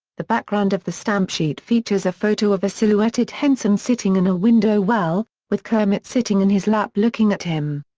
the background of the stamp sheet features a photo of a silhouetted henson sitting in a window well, with kermit sitting in his lap looking at him.